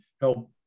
help